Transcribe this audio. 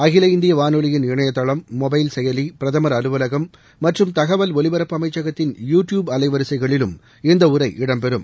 அகில இந்திய வானொலியின் இணையதளம் மொபைல் செயலி பிரதமர் அலுவலகம் மற்றும் தகவல் ஒலிபரப்பு அமைச்சகத்தின் யூ டியூப் அலைவரிசைகளிலும் இந்த உரை இடம்பெறும்